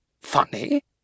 Funny